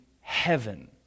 heaven